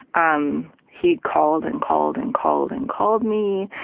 um, he called and called and called and called me,